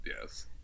yes